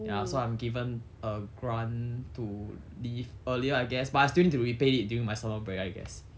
ya so I'm given a grant to leave earlier I guess but I still need to repay it during my summer break I guess